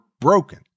broken